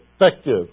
effective